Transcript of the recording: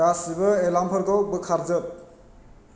गासिबो एलार्मफोरखौ बोखारजोब